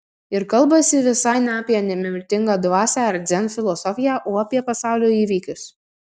ir kalbasi visai ne apie nemirtingą dvasią ar dzen filosofiją o apie pasaulio įvykius